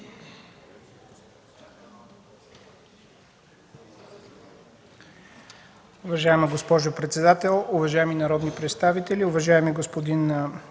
Уважаема госпожо председател, уважаеми народни представители! Уважаеми господин